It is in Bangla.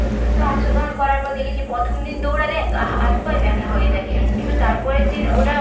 তো অংশগ্রহণ করার পর দেখেছি প্রথম দিন দৌড়ালে গা হাত পায়ে ব্যাথা হয়ে যায় কিন্তু তারপরের দিন ওটা